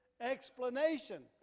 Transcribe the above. explanation